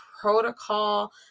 protocol